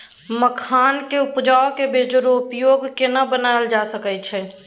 मखान के उपज के बाजारोपयोगी केना बनायल जा सकै छै?